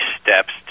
steps